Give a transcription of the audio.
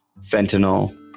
fentanyl